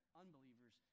unbelievers